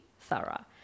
thorough